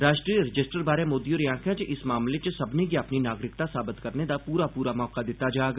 राष्ट्री रजिस्टर बारै मोदी होरें आखेआ जे इस मामले च सब्मनें गी अपनी नागरिकता साबत करने दा पूरा पूरा मौका दित्ता जाग